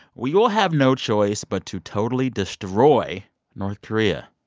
we will have no choice but to totally destroy north korea.